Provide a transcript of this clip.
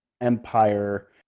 Empire